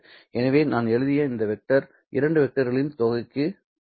எனவே நான் எழுதிய இந்த வெக்டர் இந்த இரண்டு வெக்டர்களின் தொகையை எனக்குத் தரும்